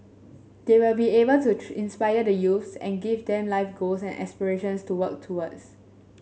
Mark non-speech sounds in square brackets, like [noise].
they will be able to [unintelligible] inspire the youth and give them life goals and aspirations to work towards